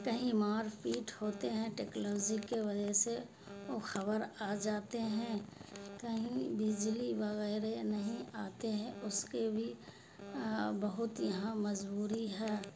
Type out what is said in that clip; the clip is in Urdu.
کہیں مار پیٹ ہوتے ہیں ٹیکلوزی کے وجہ سے وہ خبر آ جاتے ہیں کہیں بجلی وغیرے نہیں آتے ہیں اس کے بھی بہت یہاں مجبوری ہے